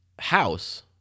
house